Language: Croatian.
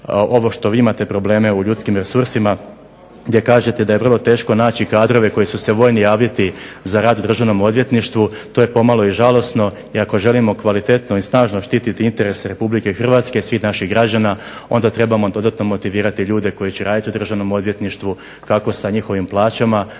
ovo što vi imate probleme u ljudskim resursima gdje kažete da je vrlo teško naći kadrove koji su se voljni javiti za rad Državnom odvjetništvu. To je pomalo žalosno. I ako želimo kvalitetno i snažno interese RH svih naših građana onda trebamo dodatno motivirati ljude koji će raditi u Državnom odvjetništvu kako sa njihovim plaćama